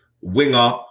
winger